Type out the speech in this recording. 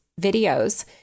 videos